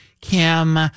Kim